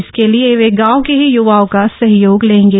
इसके लिए वह गांव के ही य्वाओं का सहयोग लेंगे